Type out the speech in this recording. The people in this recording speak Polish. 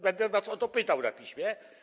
Będę was o to pytał na piśmie.